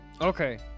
Okay